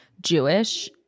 Jewish